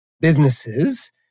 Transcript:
businesses